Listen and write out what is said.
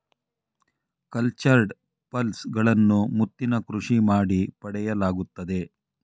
cultured pearls ಗಳನ್ನು ಮುತ್ತಿನ ಕೃಷಿ ಮಾಡಿ ಪಡೆಯಲಾಗುತ್ತದೆ